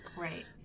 Right